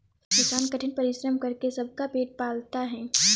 किसान कठिन परिश्रम करके सबका पेट पालता है